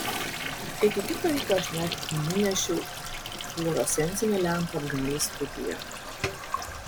iki kito ryto aš net nunešiau fluorescencinę lempą atgal į studiją